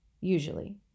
usually